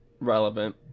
relevant